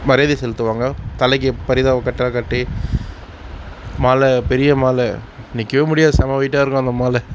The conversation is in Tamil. மரியாதை செலுத்துவாங்க தலைக்கு பரிதாபம் கட்லாம் கட்டி மாலை பெரிய மாலை நிற்கவே முடியாது செமை வெயிட்டாக இருக்கும் அந்த மாலை